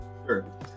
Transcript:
Sure